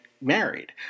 married